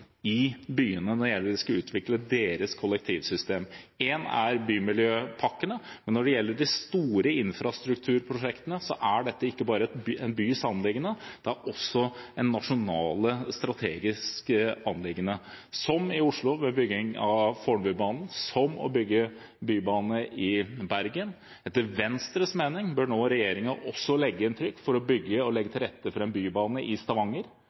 i byene når det gjelder å utvikle deres kollektivsystem, og en er bymiljøpakkene. Men når det gjelder de store infrastrukturprosjektene, er dette ikke bare en bys anliggende. Det er også et nasjonalt, strategisk anliggende – som i Oslo i forbindelse med bygging av Fornebubanen, som det er å bygge bybane i Bergen. Etter Venstres mening bør regjeringen nå legge inn trykk for å bygge og legge til rette for en bybane i Stavanger.